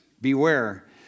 beware